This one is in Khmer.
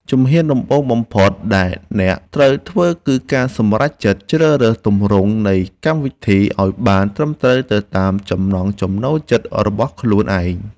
ជំហានដំបូងបំផុតដែលអ្នកត្រូវធ្វើគឺការសម្រេចចិត្តជ្រើសរើសទម្រង់នៃកម្មវិធីឱ្យបានត្រឹមត្រូវទៅតាមចំណង់ចំណូលចិត្តរបស់ខ្លួនឯង។